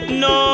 no